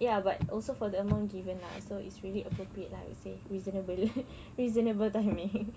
ya but also for the amount given lah so it's really appropriate lah I would say reasonable reasonable timing